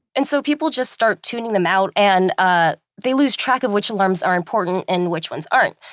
and so people just start tuning them out, and ah they lose track of which alarms are important and which ones aren't.